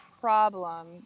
problem